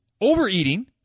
overeating